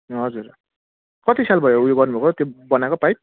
हजुर कति साल भयो उयो गर्नु भएको त्यो बनाएको पाइप